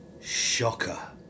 Shocker